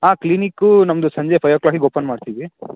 ಹಾಂ ಕ್ಲಿನಿಕ್ಕು ನಮ್ಮದು ಸಂಜೆ ಫೈವ್ ಒ ಕ್ಲಾಕಿಗೆ ಓಪನ್ ಮಾಡ್ತೀವಿ